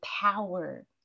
power